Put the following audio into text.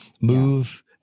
Move